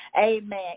Amen